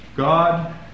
God